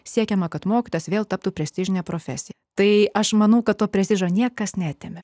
siekiama kad mokytojas vėl taptų prestižine profesija tai aš manau kad to prestižo niekas neatėmė